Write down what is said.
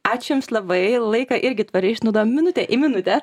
ačiū jums labai laiką irgi tvariai išnaudojom minutė į minutę